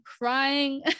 crying